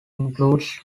includes